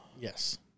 Yes